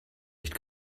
nicht